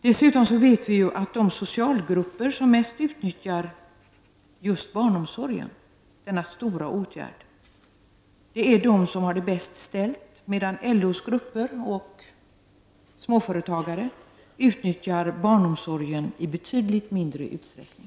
Dessutom vet vi att de socialgrupper som mest utnyttjar just barnomsorgen, denna stora åtgärd, är de som har det bäst ställt, medan LOs grupper och småföretagare utnyttjar barnomsorgen i betydligt mindre utsträckning.